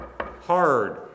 hard